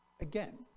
again